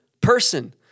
person